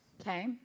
Okay